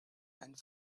and